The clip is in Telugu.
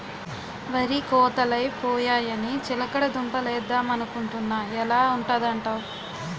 వరి కోతలై పోయాయని చిలకడ దుంప లేద్దమనుకొంటున్నా ఎలా ఉంటదంటావ్?